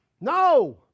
No